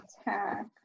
attack